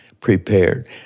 prepared